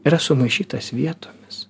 yra sumaišytas vietomis